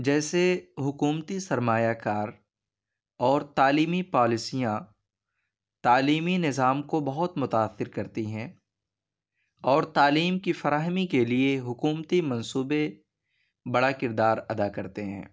جیسے حکومتی سرمایہ کار اور تعلیمی پالیسیاں تعلیمی نظام کو بہت متاثر کرتی ہیں اور تعلیم کی فراہمی کے لیے حکومتی منصوبے بڑا کردار ادا کرتے ہیں